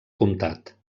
comtat